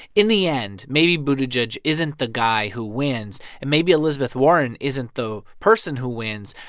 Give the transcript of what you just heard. in the end, maybe buttigieg isn't the guy who wins, and maybe elizabeth warren isn't the person who wins.